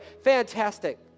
Fantastic